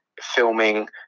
filming